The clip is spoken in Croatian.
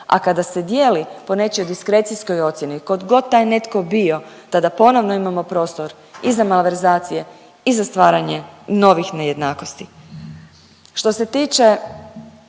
A kada se dijeli po nečijoj diskrecijskoj ocjeni, tko god taj netko bio tada ponovno imamo prostor i za malverzacije i za stvaranje novih nejednakosti. Što se tiče